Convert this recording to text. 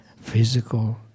physical